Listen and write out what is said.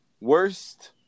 Worst